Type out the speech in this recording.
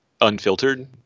unfiltered